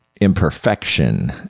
imperfection